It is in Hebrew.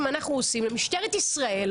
כלל הוועדה המסדרת לא מקימה ועדות מיוחדות מהסוג הזה.